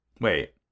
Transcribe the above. Wait